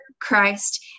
Christ